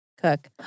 cook